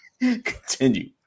Continue